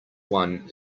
one